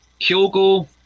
Kyogo